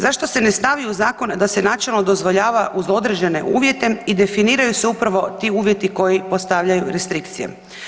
Zašto se ne stavi u zakon da se načelno dozvoljava uz određene uvjete i definiraju se upravo ti uvjeti koji postavljaju restrikcije?